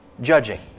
judging